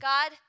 God